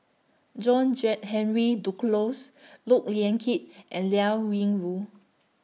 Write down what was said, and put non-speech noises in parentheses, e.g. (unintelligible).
John (unintelligible) Henry Duclos Look Yan Kit and Liao Yingru